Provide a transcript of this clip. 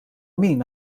min